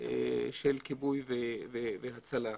של כיבוי והצלה.